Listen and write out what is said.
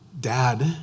Dad